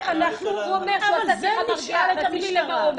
זה נשאל את המשטרה.